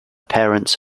parents